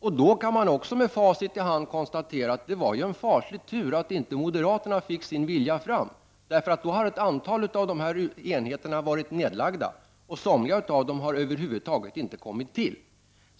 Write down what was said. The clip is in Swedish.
Då kan man också med facit i hand konstatera att det var en faslig tur att inte moderaterna fick sin vilja fram — för i så fall hade ett antal av de här enheterna varit nedlagda, och somliga av dem hade över huvud taget inte kommit till.